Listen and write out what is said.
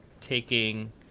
taking